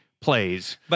plays